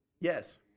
yes